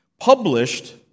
published